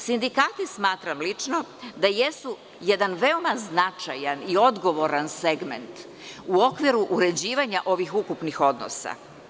Sindikati smatram lično da jesu jedan veoma značajan i odgovoran segment u okviru uređivanja ovih ukupnih odnosa.